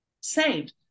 saved